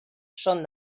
són